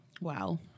Wow